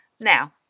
Now